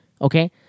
okay